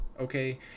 okay